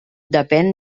depèn